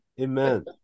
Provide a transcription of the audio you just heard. Amen